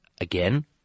again